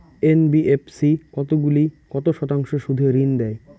NBFC কতগুলি কত শতাংশ সুদে ঋন দেয়?